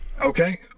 Okay